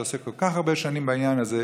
שעוסק כל כך הרבה שנים בעניין הזה,